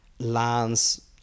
Lands